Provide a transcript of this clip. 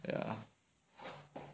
ya